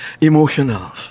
emotional